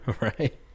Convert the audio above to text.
right